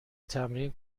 تمرین